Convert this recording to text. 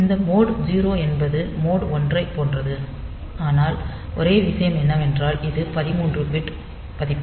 இந்த மோட் 0 என்பது மோட் 1 ஐப் போன்றது ஆனால் ஒரே விஷயம் என்னவென்றால் இது 13 பிட் மதிப்பு